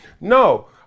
No